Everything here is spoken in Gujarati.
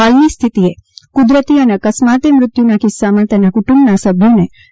હાલની સ્થિતિએ કુદરતી અને અકસ્માતે મૃત્યુના કિસ્સામાં તેના કુટુંબના સભ્યને રૂા